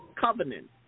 Covenant